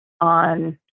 on